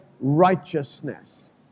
righteousness